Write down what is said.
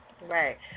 Right